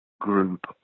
group